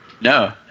No